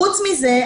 חוץ מזה,